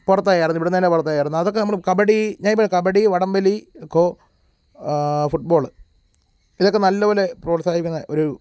പുറത്തായായിരുന്നു ഇവിടുന്നുതന്നെ പുറത്തായാരുന്നു അതൊക്കെ നമ്മൾ കബഡി ഞാൻ ഇപ്പം കബഡി വടംവലി ഖോ ഫുട്ബോള് ഇതൊക്കെ നല്ലപോലെ പ്രോത്സാഹിക്കുന്ന ഒരു